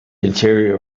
interior